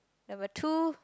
number two